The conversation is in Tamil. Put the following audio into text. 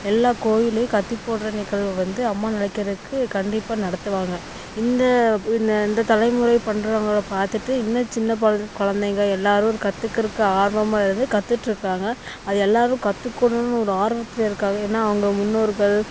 எல்லா கோயில்லையும் கத்தி போடுற நிகழ்வு வந்து அம்மன் அழைக்கிறதுக்கு கண்டிப்பாக நடத்துவாங்க இந்த இந்த இந்த தலைமுறை பண்ணுறவங்கள பார்த்துட்டு இன்னும் சின்ன குழந்தைங்க எல்லாரும் அது கற்றுக்குறக்கு ஆர்வமாக இருந்து கற்றுட்ருக்காங்க அது எல்லாரும் கற்றுக்கணுன்னு ஒரு ஆர்வத்தில் இருக்காங்க ஏன்னா அவங்க முன்னோர்கள்